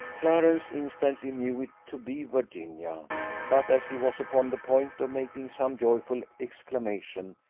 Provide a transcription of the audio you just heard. clarence instantly knew it to be virginia but as he was upon the point of making some joyful exclamation,